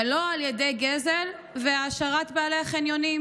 אבל לא על ידי גזל והעשרת בעלי החניונים